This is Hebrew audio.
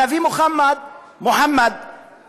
הנביא מוחמד גם